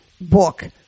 book